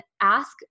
ask